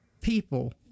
people